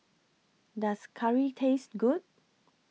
Does Curry Taste Good